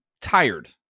tired